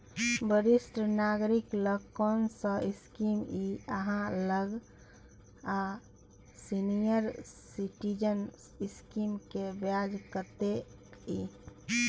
वरिष्ठ नागरिक ल कोन सब स्कीम इ आहाँ लग आ सीनियर सिटीजन स्कीम के ब्याज कत्ते इ?